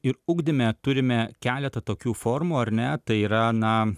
ir ugdyme turime keletą tokių formų ar ne tai yra na